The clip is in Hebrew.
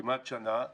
כמעט שנה,